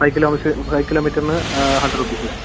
kilo metre five കിലോമീറ്ററിന് hundred rupees വച്ച്